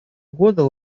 года